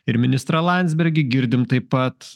ir ministrą landsbergį girdim taip pat